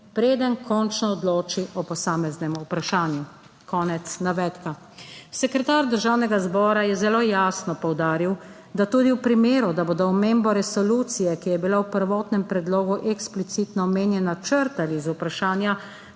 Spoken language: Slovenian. preden končno odloči o posameznem vprašanju". Sekretar Državnega zbora je zelo jasno poudaril, da tudi v primeru, da bodo omembo resolucije, ki je bila v prvotnem predlogu eksplicitno omenjena, črtali iz vprašanja,